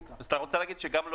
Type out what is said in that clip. כחול לבן ואני אסיים בשלושה